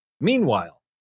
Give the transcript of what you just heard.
Meanwhile